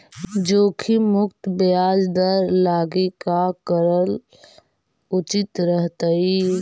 जोखिम मुक्त ब्याज दर लागी का करल उचित रहतई?